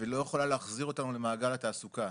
ולא יכולה להחזיר אותנו למעגל התעסוקה.